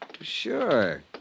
Sure